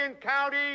County